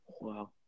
wow